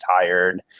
tired